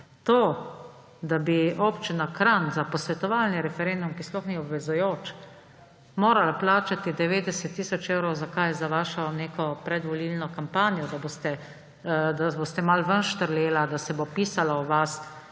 to, da bi Občina Kranj za posvetovalni referendum, ki sploh ni obvezujoč, morala plačati 90 tisoč evrov, zakaj? Za vašo neko predvolilno kampanjo, da boste malo ven štrleli, da se bo pisalo o vas,